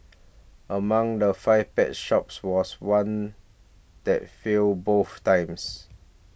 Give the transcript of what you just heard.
among the five pet shops was one that failed both times